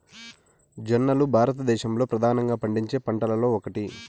జొన్నలు భారతదేశంలో ప్రధానంగా పండించే పంటలలో ఒకటి